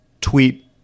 tweet